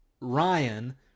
Ryan